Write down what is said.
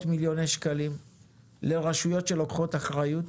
מיליוני שקלים לרשויות שלוקחות אחריות,